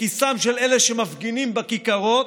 לכיסם של אלה שמפגינים בכיכרות,